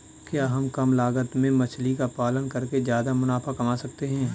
क्या कम लागत में मछली का पालन करके ज्यादा मुनाफा कमा सकते हैं?